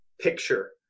picture